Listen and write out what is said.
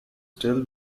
still